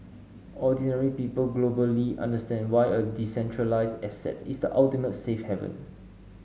ordinary people globally understand why a decentralised asset is the ultimate safe haven